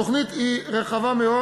התוכנית היא רחבה מאוד.